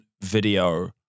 video